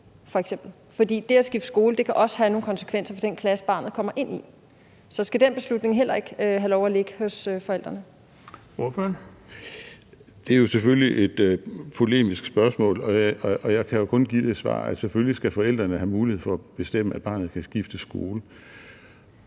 fordi det at skifte skole kan også have nogle konsekvenser for den klasse, barnet kommer ind i. Så skal den beslutning heller ikke have lov at ligge hos forældrene? Kl. 16:01 Den fg. formand (Erling Bonnesen): Ordføreren. Kl. 16:01 Henrik Dahl (LA): Det er jo selvfølgelig et polemisk spørgsmål, og jeg kan jo kun give det svar, at selvfølgelig skal forældrene have mulighed for at bestemme, at barnet kan skifte skole.